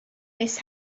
miss